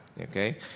okay